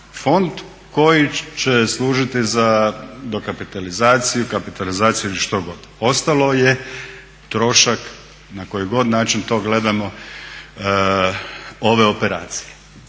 fond koji će služiti za dokapitalizaciju, kapitalizaciju ili što god. Ostalo je trošak na koji god način to gledamo ove operacije.